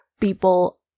people